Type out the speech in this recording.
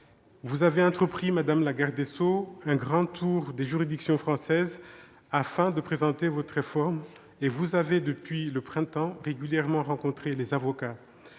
Vous avez entrepris, madame la garde des sceaux, un grand tour des juridictions françaises afin de présenter votre réforme et vous avez, depuis le printemps, régulièrement rencontré les avocats.